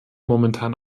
momentan